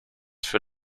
für